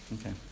Okay